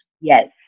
Yes